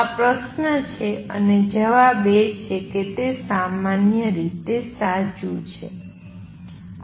આ પ્રશ્ન છે અને જવાબ છે કે આ સામાન્ય રીતે સાચુ છે